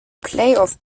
playoff